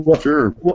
sure